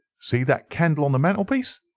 see that candle on the mantelpiece.